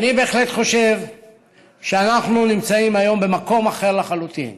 ואני בהחלט חושב שאנחנו נמצאים היום במקום אחר לחלוטין.